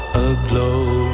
aglow